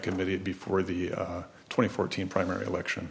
committee before the twenty fourteen primary election